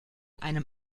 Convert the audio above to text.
einem